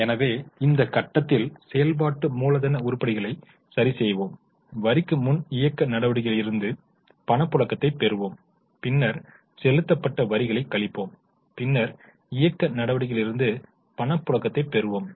எனவே இந்த கட்டத்தில் செயல்பாட்டு மூலதன உருப்படிகளை சரிசெய்வோம் வரிக்கு முன் இயக்க நடவடிக்கைகளில் இருந்து பணப்புழக்கத்தை பெறுவோம் பின்னர் செலுத்தப்பட்ட வரிகளைக் கழிப்போம் பின்னர் இயக்க நடவடிக்கைகளிலிருந்து பணப்புழக்கத்தை பெறுவோம்